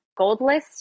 Goldlist